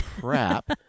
crap